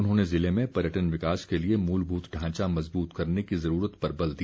उन्होंने जिले में पर्यटन विकास के लिए मूलभूत ढांचा मजबूत करने की ज़रूरत पर बल दिया